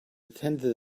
attended